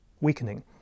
weakening